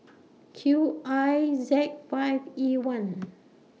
Q I Z five E one